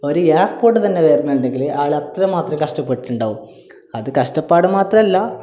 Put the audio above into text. ഒരു എയർപോർട്ട് തന്നെ വരുന്നുണ്ടെങ്കിൽ ആ ആള് അത്രമാത്രം കഷ്ടപ്പെട്ടിട്ടുണ്ടാവും അത് കഷട്ടപ്പാട് മാത്രമല്ല